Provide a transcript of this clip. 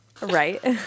Right